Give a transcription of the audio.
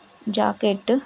jacket